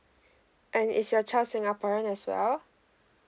and is your child singaporean as well